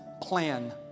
plan